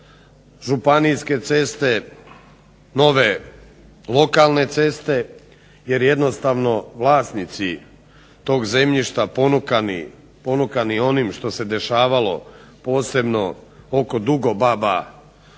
županijske ceste, nove lokalne ceste jer jednostavno vlasnici tog zemljišta ponukani onim što se dešavalo posebno oko Dugobaba